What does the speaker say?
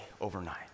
overnight